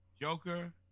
Joker